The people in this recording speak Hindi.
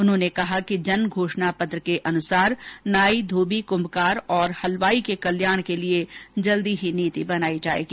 उन्होंने कहा कि जन घोषणा पत्र के अनुसार नाई धोबी कुंभकार और हलवाई के कल्याण के लिए जल्द ही नीति बनाकर कार्यवाही की जाएगी